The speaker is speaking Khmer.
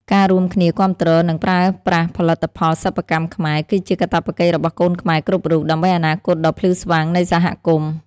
ការរួមគ្នាគាំទ្រ និងប្រើប្រាស់ផលិតផលសិប្បកម្មខ្មែរ គឺជាកាតព្វកិច្ចរបស់កូនខ្មែរគ្រប់រូប ដើម្បីអនាគតដ៏ភ្លឺស្វាងនៃសហគមន៍។